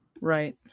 Right